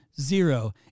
zero